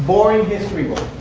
boring history book.